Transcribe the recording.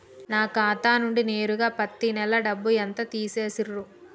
నా ఖాతా నుండి నేరుగా పత్తి నెల డబ్బు ఎంత తీసేశిర్రు?